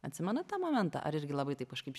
atsimenat tą momentą ar irgi labai taip kažkaip